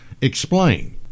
explain